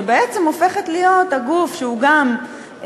שבעצם הופכת להיות הגוף שעוצר,